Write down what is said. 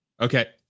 okay